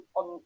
on